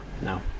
no